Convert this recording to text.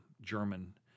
German